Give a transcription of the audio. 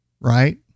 right